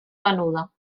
venuda